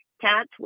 Cat's